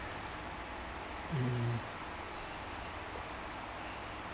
mm